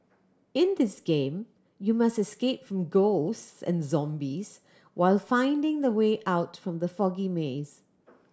in this game you must escape from ghosts and zombies while finding the way out from the foggy maze